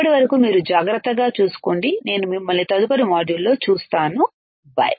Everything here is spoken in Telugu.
అప్పటి వరకు మీరు జాగ్రత్తగా చూసుకోండి నేను మిమ్మల్ని తదుపరి మాడ్యూల్లో చూస్తాను బై